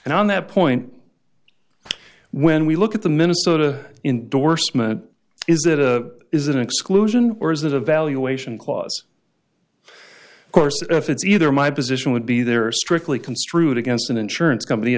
and on that point when we look at the minnesota indorsement is that a is an exclusion or is it a valuation clause of course if it's either my position would be there are strictly construed against an insurance company